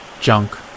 Junk